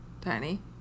Tiny